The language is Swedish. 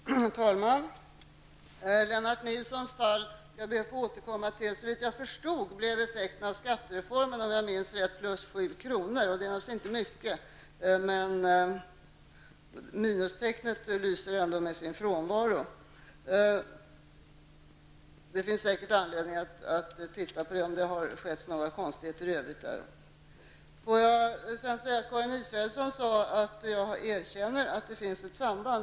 Herr talman! Lennart Nilssons fall skall jag be att få återkomma till. Såvitt jag förstod blev effekten av skattereformen plus 7 kr., om jag minns rätt. Det är naturligtvis inte mycket, men minustecknet lyser ändå med sin frånvaro. Det finns säkert anledning att titta närmare på om det där i övrigt har skett några konstigheter. Karin Israelsson sade att jag erkände att det finns ett samband.